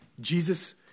Jesus